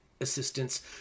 assistance